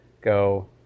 go